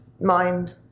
mind